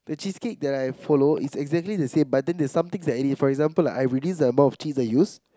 the cheesecake that I follow is exactly the same but then there's some things I add in for example I reduce the amount of cheese I use